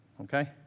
Okay